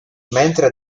mentre